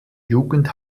jugend